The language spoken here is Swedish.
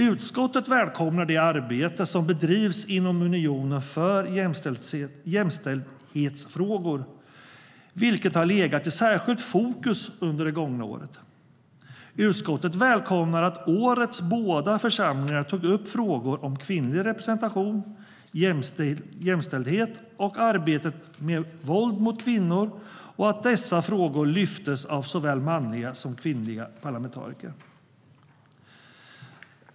Utskottet välkomnar det arbete som bedrivs inom unionen med jämställdhetsfrågor, vilket har legat i särskilt fokus under det gångna året. Utskottet välkomnar att årets båda församlingar tog upp frågor om kvinnlig representation, jämställdhet och arbetet med våld mot kvinnor och att dessa frågor lyftes fram av såväl manliga som kvinnliga parlamentariker.